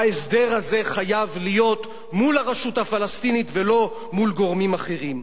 וההסדר הזה חייב להיות מול הרשות הפלסטינית ולא מול גורמים אחרים.